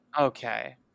Okay